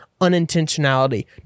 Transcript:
unintentionality